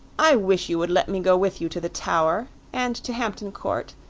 i wish you would let me go with you to the tower, and to hampton court,